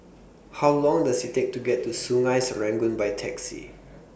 How Long Does IT Take to get to Sungei Serangoon By Taxi